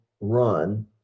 run